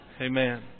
Amen